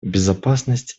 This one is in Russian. безопасность